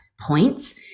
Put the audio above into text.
points